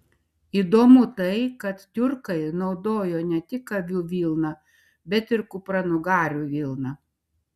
įdomu tai kad tiurkai naudojo ne tik avių vilną bet ir kupranugarių vilną